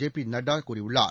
J பிநட்டாகூறியுள்ளார்